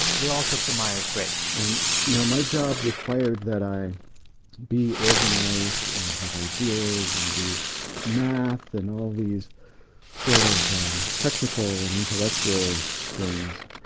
they all took the myers-briggs and now my job required that i be organized and have ideas and do math and all these sort of technical and intellectual things.